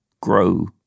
grow